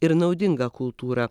ir naudingą kultūrą